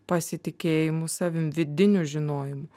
pasitikėjimu savim vidiniu žinojimu